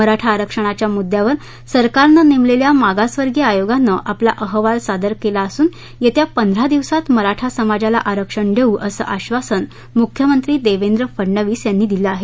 मराठा आरक्षणाच्या मुद्यावर सरकारनं नेमलेल्या मागासवर्गीय आयोगानं आपला अहवाल सादर केला असून येत्या पंधरा दिवसात मराठा समाजाला आरक्षण देऊ असं आधासन मुख्यमंत्री देवेंद्र फडणवीस यांनी दिलं आहे